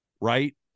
right